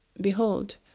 Behold